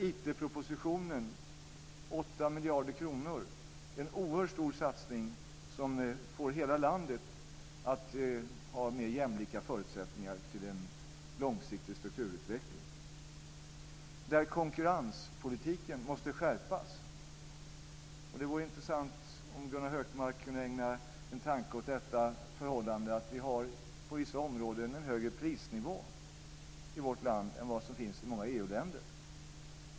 IT-propositionen med 8 miljarder kronor är en oerhörd stor satsning som ger hela landet mer jämlika förutsättningar till en långsiktig strukturutveckling. Konkurrenspolitiken måste skärpas. Det vore intressant om Gunnar Hökmark kunde ägna en tanke åt det förhållandet att vi på vissa områden har en högre prisnivå i vårt land än den som finns i många EU länder.